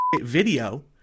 video